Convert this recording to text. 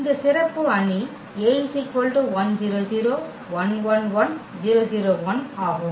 இந்த சிறப்பு அணி இங்கே ஆகும்